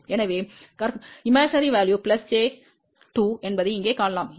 எனவே கற்பனை மதிப்பு j 2 என்பதை இங்கே காணலாம்